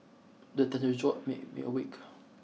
the thunder jolt me me awake